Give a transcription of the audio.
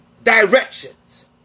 directions